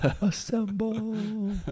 assemble